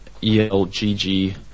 E-L-G-G